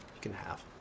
you can have